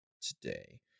today